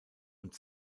und